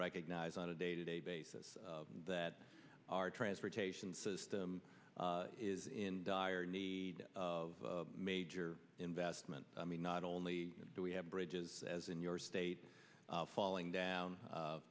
recognize on a day to day basis that our transportation system is in dire need of major investment i mean not only do we have bridges as in your state falling down